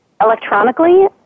electronically